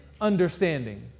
understanding